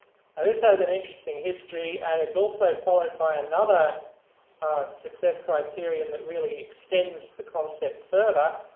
now this has an interesting history, and it's also followed by another success criterion that really extends the concept further.